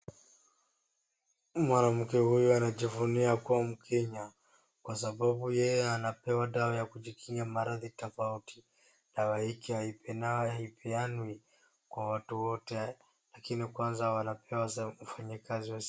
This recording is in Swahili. Mwanamke huyu anajivunia kuwa mkenya kwa sababu yeye anapewa dawa ya kujikinga maradhi tofauti. Dawa hiki nayo haipeanwi kwa watu wote lakini kwanza wanapewa wafanyakazi wa serikali.